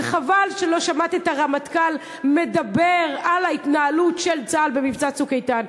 וחבל שלא שמעת את הרמטכ"ל מדבר על ההתנהלות של צה"ל במבצע "צוק איתן".